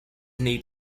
need